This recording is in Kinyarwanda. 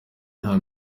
nta